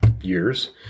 years